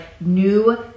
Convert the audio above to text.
new